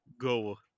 go